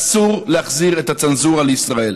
ואסור להחזיר את הצנזורה לישראל,